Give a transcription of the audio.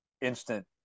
instant